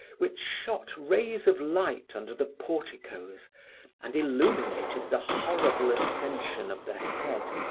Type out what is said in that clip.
which shot rays of light under the porticos and illuminated the horrible ascension of the head,